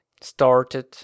started